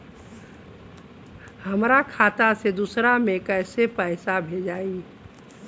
हमरा खाता से दूसरा में कैसे पैसा भेजाई?